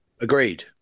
Agreed